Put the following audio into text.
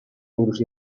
buruz